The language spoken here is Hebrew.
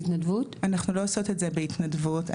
אתן עושות את זה בהתנדבות?